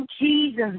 Jesus